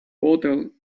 bottle